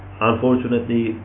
unfortunately